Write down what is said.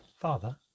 Father